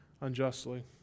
unjustly